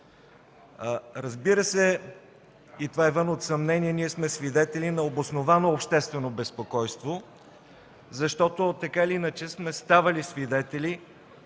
Разбира се, това е вън от съмнение, ние сме свидетели на обосновано обществено безпокойство, защото така или иначе сме ставали свидетели